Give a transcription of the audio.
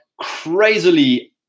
crazily